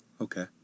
Okay